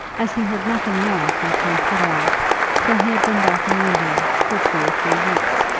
as he heard nothing more from count pateroff till he had been back in london for two or three weeks.